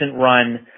run